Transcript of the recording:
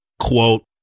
Quote